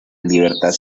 libertad